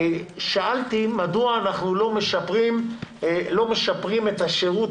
שאלתי מדוע אנחנו לא משפרים את השירות